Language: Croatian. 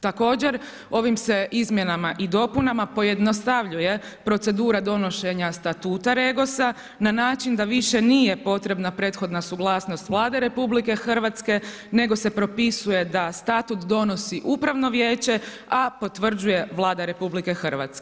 Također, ovim se izmjenama i dopunama pojednostavljuje procedura donošenja statuta REGOS-a na način da više nije potrebna prethodna suglasnost Vlade RH, nego se propisuje da statut donosi upravno vijeće, a potvrđuje Vlada RH.